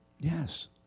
Yes